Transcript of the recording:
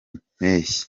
mpeshyi